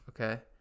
Okay